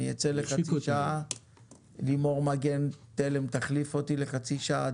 אני אצא לחצי שעה ולימור מגן תלם תחליף אותי לחצי שעה,